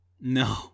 No